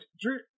Drew